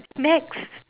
next